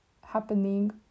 happening